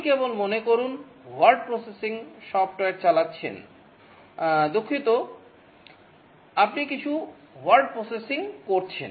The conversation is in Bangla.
আপনি কেবল মনে করুন ওয়ার্ড প্রসেসিং সফটওয়্যার চালাচ্ছেন দুঃখিত আপনি কিছু ওয়ার্ড প্রসেসিং করছেন